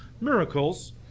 miracles